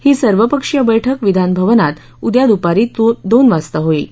ही सर्वपक्षीय बैठक विधानभवनात उद्या दुपारी दोन वाजता होईल